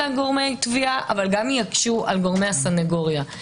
גורמי התביעה אבל גם על גורמי הסנגוריה.